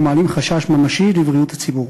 ומעלים חשש ממשי לבריאות הציבור.